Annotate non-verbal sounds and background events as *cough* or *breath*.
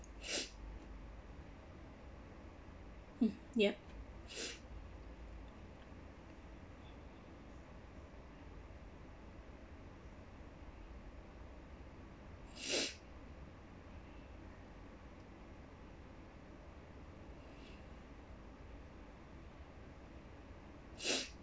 *breath* mm yup *breath*